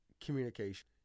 communication